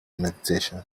meditation